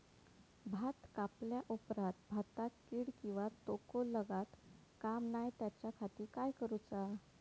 भात कापल्या ऑप्रात भाताक कीड किंवा तोको लगता काम नाय त्याच्या खाती काय करुचा?